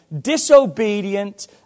disobedient